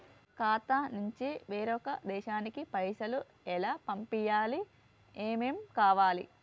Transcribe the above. ఖాతా నుంచి వేరొక దేశానికి పైసలు ఎలా పంపియ్యాలి? ఏమేం కావాలి?